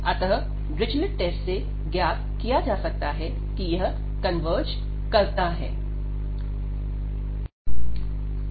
अतः Dirichlet test से ज्ञात किया जा सकता है कि यह कन्वर्ज करता है